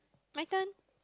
my turn